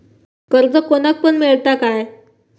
कर्ज कोणाक पण मेलता काय?